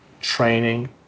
training